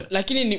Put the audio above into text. Lakini